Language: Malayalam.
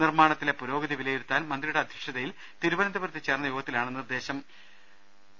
നിർമ്മാ ണത്തിലെ പുരോഗതി വിലയിരുത്താൻ മന്ത്രിയുടെ അധ്യക്ഷതയിൽ തിരുവനന്തപുരത്ത് ചേർന്ന യോഗത്തിലാണ് നിർദ്ദേശം നൽകിയത്